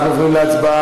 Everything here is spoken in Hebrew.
אנחנו עוברים להצבעה.